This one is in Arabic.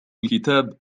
الكتاب